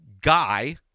guy